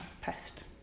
pest